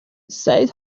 سعید